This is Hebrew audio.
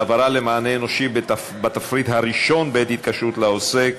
העברה למענה אנושי בתפריט הראשון בעת התקשרות לעוסק),